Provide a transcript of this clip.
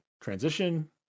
transition